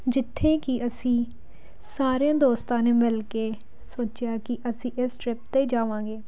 ਜਿੱਥੇ ਕਿ ਅਸੀਂ ਸਾਰਿਆਂ ਦੋਸਤਾਂ ਨੇ ਮਿਲ ਕੇ ਸੋਚਿਆ ਕਿ ਅਸੀਂ ਇਸ ਟਰਿੱਪ 'ਤੇ ਜਾਵਾਂਗੇ